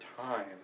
time